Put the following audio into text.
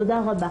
תודה רבה.